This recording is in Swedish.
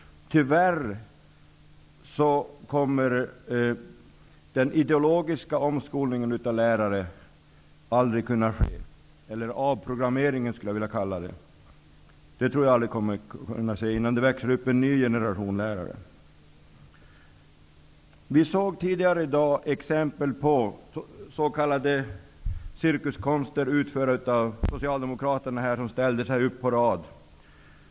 Tyvärr kommer den ideologiska omskolningen, eller avprogrammeringen skulle jag vilja kalla det, av lärare aldrig att kunna ske. Det tror jag inte kommer att kunna ske innan det växer upp en ny generation lärare. Tidigare i dag såg vi exempel på s.k. cirkuskonster utförda av socialdemokrater som ställde sig på rad.